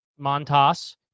Montas